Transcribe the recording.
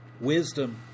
Wisdom